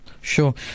Sure